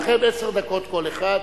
עשר דקות כל אחד,